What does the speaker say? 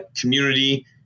community